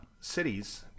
Cities